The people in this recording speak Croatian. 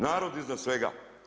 Narod iznad svega!